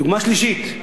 דוגמה שלישית,